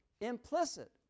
Implicit